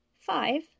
Five